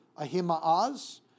Ahimaaz